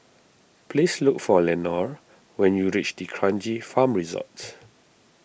please look for Lenore when you reach D Kranji Farm Resorts